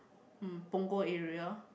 um Punggol area